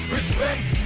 Respect